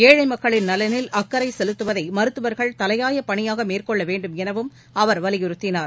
ஏழை மக்களின் நலனில் அக்கறை செலுத்துவதை மருத்துவர்கள் தலையாய பணியாக மேற்கொள்ள வேண்டும் எனவும் அவர் வலியுறுத்தினார்